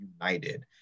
united